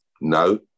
no